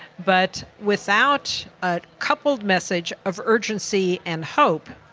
but without a coupled message of urgency and hope,